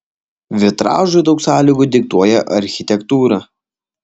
vitražui daug sąlygų diktuoja architektūra